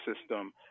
system